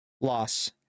Loss